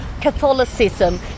Catholicism